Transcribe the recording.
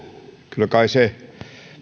kyllä kai se